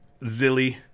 Zilly